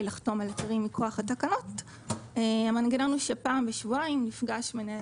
לחתום על היתרים מכוח התקנות המנגנון הוא שפעם בשבועיים נפגש מנהל